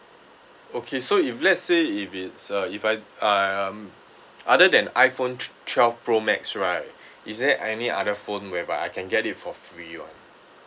okay so if let's say if it's a if I um other than iphone twe~ twelve pro max right is there any other phone whereby I can get it for free [one]